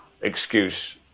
excuse